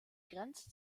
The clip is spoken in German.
grenze